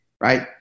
right